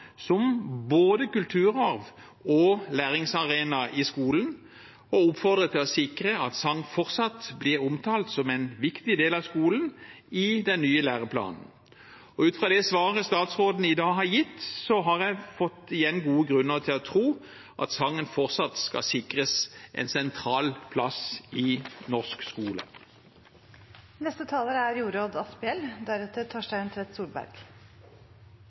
både som kulturarv og som læringsarena i skolen, og vi oppfordrer til å sikre at sang fortsatt blir omtalt som en viktig del av skolen i den nye læreplanen. Ut fra det svaret statsråden i dag har gitt, har jeg igjen fått gode grunner til å tro at sang fortsatt skal sikres en sentral plass i norsk